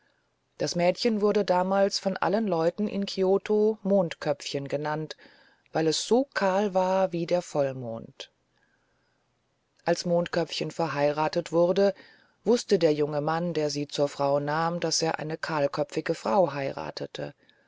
das mädchen wurde damals von allen leuten in kioto mondköpfchen genannt weil es so kahl war wie der vollmond als mondköpfchen verheiratet wurde wußte der junge mann der sie zur frau nahm daß er eine kahlköpfige frau heiratete